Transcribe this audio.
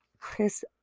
Chris